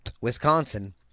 Wisconsin